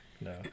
no